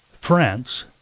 France